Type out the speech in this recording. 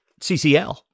CCL